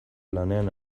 lanean